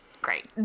Great